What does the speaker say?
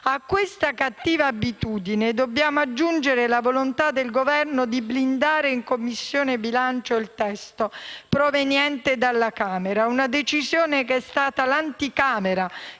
A questa cattiva abitudine dobbiamo aggiungere la volontà del Governo di blindare in Commissione bilancio il testo proveniente dalla Camera; una decisione che è stata l'anticamera